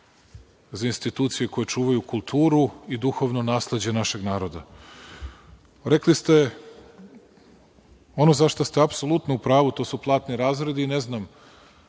za institucije koje čuvaju kulturu i duhovno nasleđe našeg naroda. Rekli ste, ono zašta ste apsolutno u pravu, to su platni razredi i ne znam